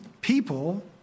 people